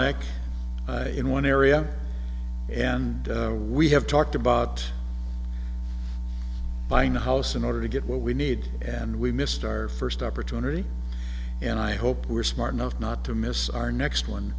neck in one area and we have talked about buying a house in order to get what we need and we missed our first opportunity and i hope we're smart enough not to miss our next one